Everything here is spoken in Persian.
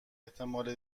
احتمال